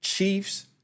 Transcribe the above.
Chiefs